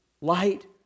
Light